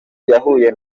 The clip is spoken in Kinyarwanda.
yahuye